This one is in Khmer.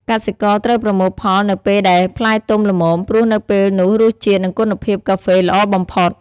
កសិករត្រូវប្រមូលផលនៅពេលដែលផ្លែទុំល្មម ព្រោះនៅពេលនោះរសជាតិ និងគុណភាពកាហ្វេល្អបំផុត។